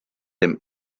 dem